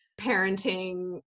parenting